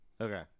okay